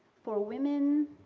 for women,